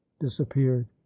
disappeared